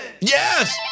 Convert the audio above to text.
Yes